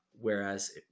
whereas